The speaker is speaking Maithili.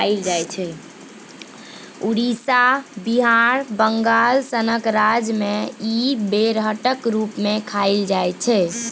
उड़ीसा, बिहार, बंगाल सनक राज्य मे इ बेरहटक रुप मे खाएल जाइ छै